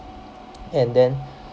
and then